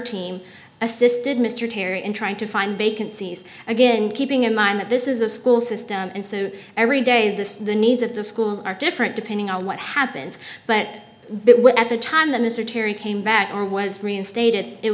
team assisted mr terry in trying to find vacancies again keeping in mind that this is a school system and so every day this the needs of the schools are different depending on what happens but at the time that mr terry came back or was reinstated it